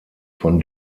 von